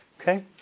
Okay